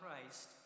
Christ